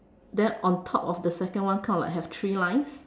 then on top of the second one kind of have like three lines